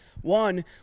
One